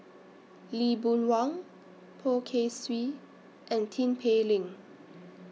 Lee Boon Wang Poh Kay Swee and Tin Pei Ling